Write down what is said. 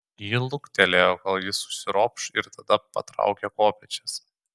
ji luktelėjo kol jis užsiropš ir tada patraukė kopėčias